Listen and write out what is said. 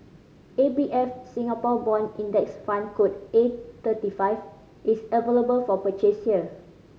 A B F Singapore Bond Index Fund code A thirty five is available for purchase here